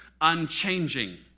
unchanging